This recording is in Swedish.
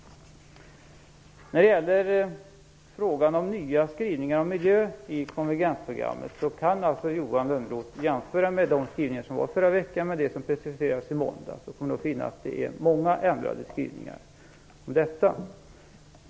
När det gäller frågan om nya skrivningar om miljö i konvergensprogrammet kan Johan Lönnroth jämföra skrivningarna från förra veckan med dem som preciserades i måndags. Han kommer då att finna att det är många ändrade skrivningar om detta.